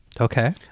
Okay